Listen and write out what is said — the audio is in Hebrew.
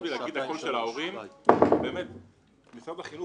ביחס לגובה התקציב הכללי הוא גבוה אבל הרשות לא יכולה